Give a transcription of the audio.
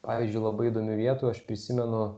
pavyzdžiui labai įdomių vietų aš prisimenu